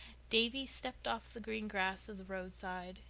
davy stepped off the green grass of the roadside,